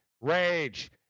Rage